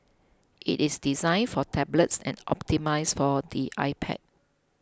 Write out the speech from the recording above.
it is designed for tablets and optimised for the iPad